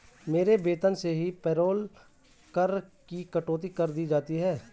मेरे वेतन से ही पेरोल कर की कटौती कर दी जाती है